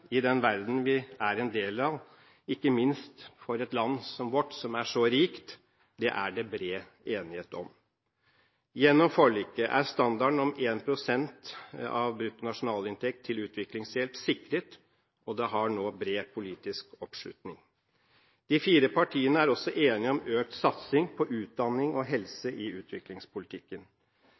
i den verden vi er en del av – ikke minst et land som vårt, som er så rikt – er det bred enighet om. Gjennom forliket er standarden om 1 pst. av bruttonasjonalinntekt til utviklingshjelp sikret, og det har nå bred politisk oppslutning. De fire partiene er også enige om økt satsing på utdanning og helse i utviklingspolitikken.